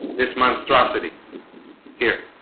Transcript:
this monstrosity here